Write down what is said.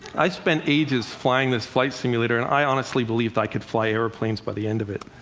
i spent ages flying this flight simulator, and i honestly believed i could fly airplanes by the end of it.